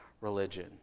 religion